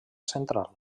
central